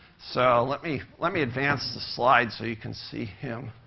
so let me let me advance the slide so you can see him.